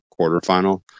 quarterfinal